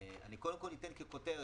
אני קודם כל אתן ככותרת,